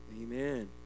amen